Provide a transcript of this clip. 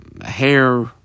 hair